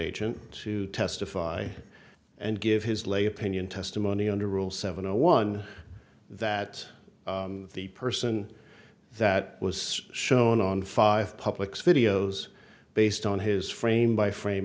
agent to testify and give his lay opinion testimony under rule seven zero one that the person that was shown on five public's videos based on his frame by frame